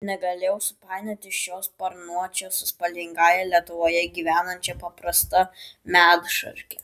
negalėjau supainioti šio sparnuočio su spalvingąja lietuvoje gyvenančia paprasta medšarke